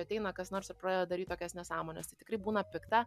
ateina kas nors ir pradeda daryt tokias nesąmones tai tikrai būna pikta